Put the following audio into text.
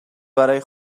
برای